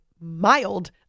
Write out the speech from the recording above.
mild